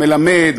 מלמד,